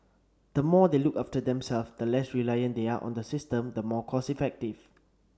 the more they look after themselves the less reliant they are on the system the more cost effective